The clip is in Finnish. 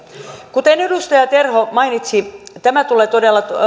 kuten edustaja terho mainitsi tämä tulee todella